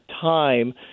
time